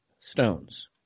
Stones